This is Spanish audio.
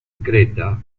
creta